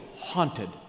haunted